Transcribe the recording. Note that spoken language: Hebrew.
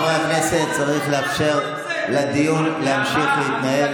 חברי הכנסת, צריך לאפשר לדיון להמשיך להתנהל.